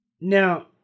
Now